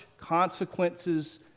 consequences